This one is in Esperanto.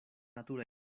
natura